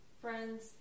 friends